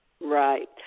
Right